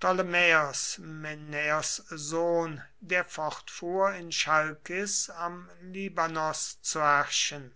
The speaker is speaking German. sohn der fortfuhr in chalkis am libanos zu herrschen